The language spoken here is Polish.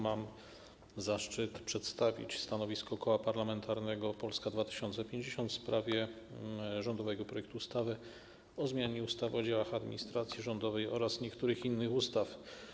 Mam zaszczyt przedstawić stanowisko Koła Parlamentarnego Polska 2050 w sprawie rządowego projektu ustawy o zmianie ustawy o działach administracji rządowej oraz niektórych innych ustaw.